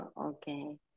Okay